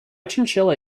chinchilla